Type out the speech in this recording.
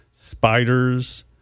spiders